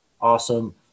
awesome